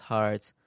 Hearts